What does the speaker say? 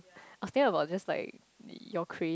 I was thinking about just like your craze